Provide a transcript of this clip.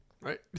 right